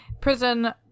prison